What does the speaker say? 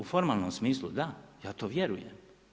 U formalnom smislu da, ja to vjerujem.